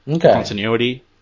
continuity